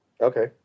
Okay